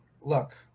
look